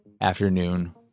afternoon